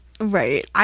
Right